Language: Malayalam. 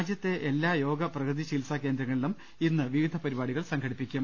രാജ്യത്തെ എല്ലാ യോഗ പ്രകൃതി ചികിത്സാ കേന്ദ്രങ്ങളിലും ഇന്ന് വിവിധ പരിപാടികൾ സംഘടിപ്പിക്കും